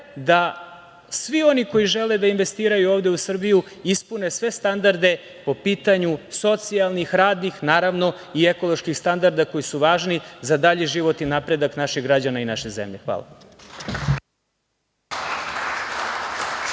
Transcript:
da svi oni koji žele da investiraju ovde u Srbiju ispune sve standarde po pitanju socijalnih, radnih, naravno i ekoloških standarda koji su važni za dalji život i napredak naših građana i naše zemlje. Hvala.